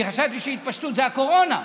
אני חשבתי שהתפשטות, זה הקורונה,